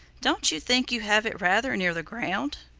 don't you think you have it rather near the ground?